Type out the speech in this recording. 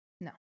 No